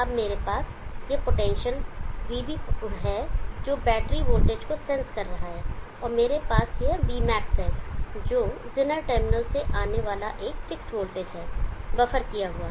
अब मेरे पास यह पोटेंशियल vB है जो बैटरी वोल्टेज को सेंस कर रहा है और मेरे पास यह Vmax है जो जेनर टर्मिनल से आने वाला एक फिक्स वोल्टेज है बफर किया हुआ